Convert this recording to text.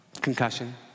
concussion